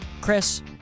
Chris